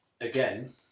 again